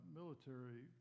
military